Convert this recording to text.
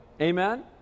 Amen